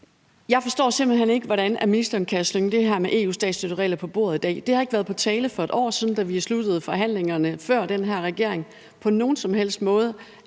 Jeg forstår simpelt hen ikke, hvordan ministeren kan smide det her med EU's statsstøtteregler på bordet i dag. Det var ikke på nogen som helst måde på tale for et år siden, da vi sluttede forhandlingerne før den her regerings tid, at det